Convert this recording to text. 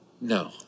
No